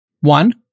One